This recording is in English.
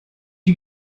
you